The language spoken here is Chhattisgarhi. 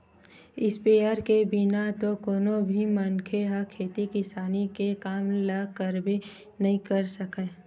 इस्पेयर के बिना तो कोनो भी मनखे ह खेती किसानी के काम ल करबे नइ कर सकय